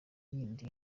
yindi